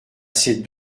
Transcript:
ces